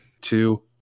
two